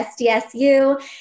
sdsu